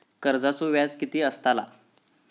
कर्जाचो व्याज कीती असताला?